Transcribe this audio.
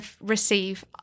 receive